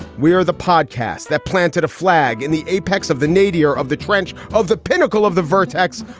we are the podcast that planted a flag in the apex of the nadir of the trench of the pinnacle of the vertex.